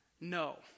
No